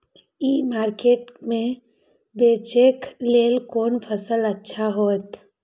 ई market में बेचेक लेल कोन फसल अच्छा होयत?